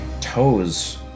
toes